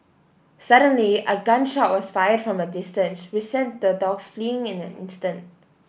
suddenly a gun shot was fired from a distance which sent the dogs fleeing in an instant